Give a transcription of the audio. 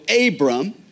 Abram